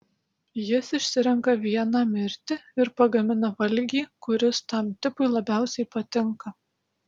jis išsirenka vieną mirti ir pagamina valgį kuris tam tipui labiausiai patinka